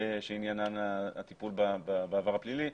שעניינן הטיפול בעבר הפלילי.